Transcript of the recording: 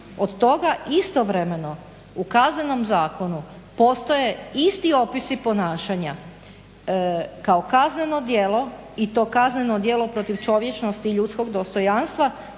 od toga istovremeno u Kaznenom zakonu postoje isti opisi ponašanja kao kazneno djelo i to kazneno djelo protiv čovječnosti i ljudskog dostojanstva,